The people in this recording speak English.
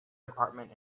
department